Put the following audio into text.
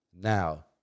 Now